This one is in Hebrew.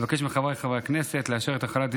אבקש מחברי הכנסת לאשר את החלת דין